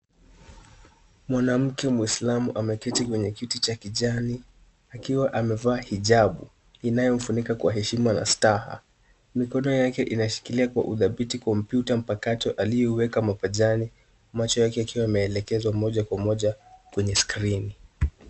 Mwanamke muislamu ameketi kwenye kiti cha kijani, akiwa amevaa hijab inayomfunika kwa heshima na staha. Mikono yake inashikilia kwa udhabiti kompyuta mpakato aliyoiweka mapajani. Macho yake yakiwa yameelekezwa moja kwa moja kwenye skrini.